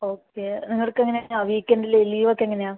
okay നിങ്ങൾക്ക് എങ്ങനെയാണ് വീക്കെൻഡില് ലീവ് ഒക്കെ എങ്ങനെയാണ്